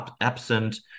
absent